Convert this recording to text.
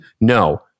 No